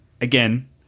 again